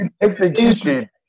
executed